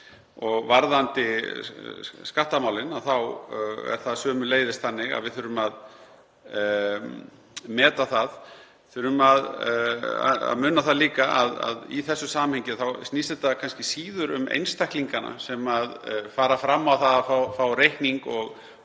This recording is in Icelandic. Varðandi skattamálin er það sömuleiðis þannig að við þurfum að meta það. Við þurfum að muna það líka að í þessu samhengi þá snýst þetta kannski síður um einstaklingana sem fara fram á það að fá reikning og